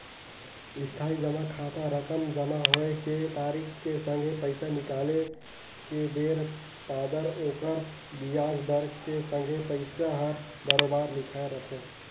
इस्थाई जमा खाता रकम जमा होए के तारिख के संघे पैसा निकाले के बेर बादर ओखर बियाज दर के संघे पइसा हर बराबेर लिखाए रथें